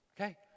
Okay